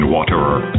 Waterer